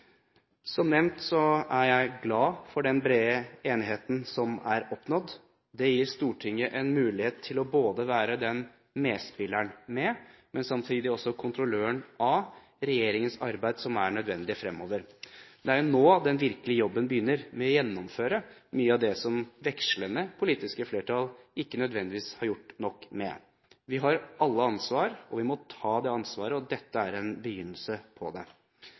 Som nevnt er jeg glad for den brede enigheten som er oppnådd. Det gir Stortinget en mulighet til å være både den medspilleren og samtidig den kontrolløren når det gjelder regjeringens arbeid, som er nødvendig fremover. Det er nå den virkelige jobben begynner med å gjennomføre mye av det som vekslende politiske flertall ikke nødvendigvis har gjort nok med. Vi har alle ansvar, og vi må ta det ansvaret. Dette er en begynnelse på det.